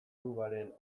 klubaren